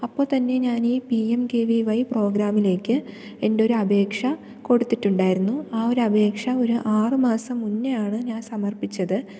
അപ്പ തന്നെ ഞാൻ ഈ P M K V Y പ്രോഗ്രാമിലേക്ക് എന്റെ ഒരു അപേക്ഷ കൊടുത്തിട്ടുണ്ടായിരുന്നു ആ ഒരു അപേക്ഷ ഒരു ആറുമാസം മുന്നേയാണ് ഞാൻ സമർപ്പിച്ചത്